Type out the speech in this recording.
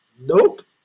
Nope